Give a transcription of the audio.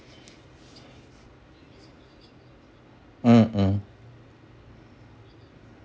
mm mm